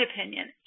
opinion